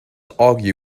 argue